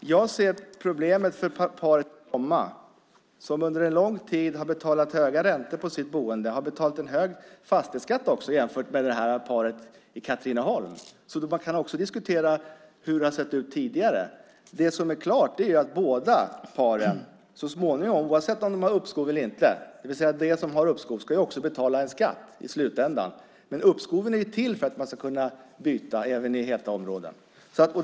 Fru talman! Jag ser problemet för paret i Bromma som under en lång tid har betalat höga räntor på sitt boende och som också har betalat en hög fastighetsskatt jämfört med paret i Katrineholm. Man kan också diskutera hur det har sett ut tidigare. Det är klart att båda paren ska betala en skatt i slutändan, oavsett om de har uppskov eller inte. Men uppskoven är ju till för att man ska kunna byta även i heta områden.